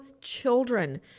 children